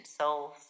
souls